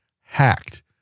hacked